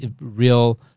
Real